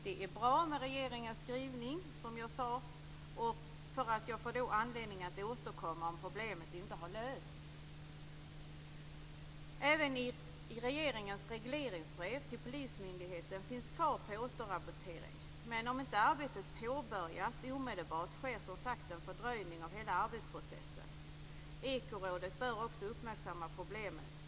Som jag sade är regeringens skrivning bra, för den ger mig anledning att återkomma om problemet inte har lösts. I regeringens regleringsbrev till polismyndigheten finns krav på återrapportering. Men om inte arbetet påbörjas omedelbart sker som sagt en fördröjning av hela arbetsprocessen. Ekorådet bör också uppmärksamma problemet.